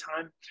time